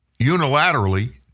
unilaterally